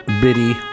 bitty